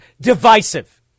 divisive